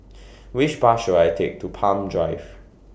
Which Bus should I Take to Palm Drive